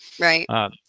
right